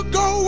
go